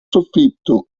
soffitto